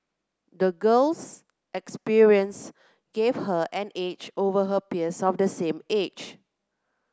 the girl's experiences gave her an edge over her peers of the same age